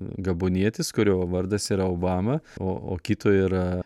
gabonietis kurio vardas yra obama o o kito yra